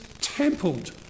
templed